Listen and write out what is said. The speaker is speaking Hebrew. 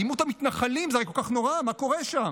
אלימות המתנחלים, זה הרי כל כך נורא, מה קורה שם?